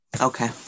Okay